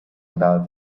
about